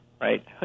Right